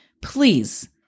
Please